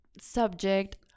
subject